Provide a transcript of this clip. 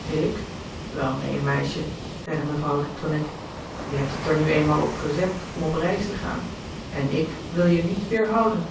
ik wel neen meisje zeide mevrouw de tonnette je hebt het er nu eenmaal op gezet om op reis te gaan en ik wil je niet weerhouden